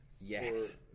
yes